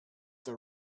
that